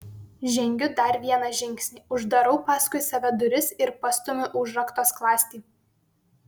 žengiu dar vieną žingsnį uždarau paskui save duris ir pastumiu užrakto skląstį